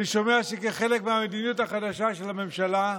אני שומע שכחלק מהמדיניות החדשה של הממשלה,